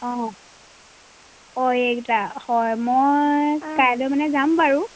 অঁ অঁ এইকেইটা হয় মই কাইলৈ মানে যাম বাৰু